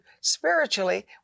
spiritually